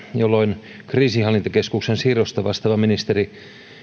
jolloin kriisinhallintakeskuksen siirrosta vastaava ministeri